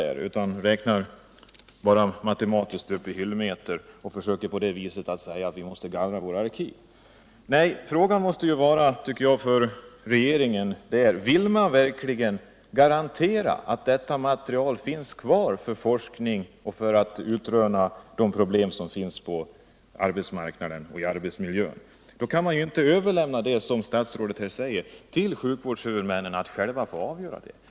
Man räknar bara matematiskt med hyllmeter och försöker på det viset motivera att vi måste gallra våra arkiv. Vill man verkligen garantera att detta material finns kvar för forskning och för att man skall kunna utröna de problem som finns på arbetsmarknaden och i arbetsmiljön, kan man inte, som statsrådet säger, överlämna till sjukvårdens huvudmän att själva få avgöra gallringen.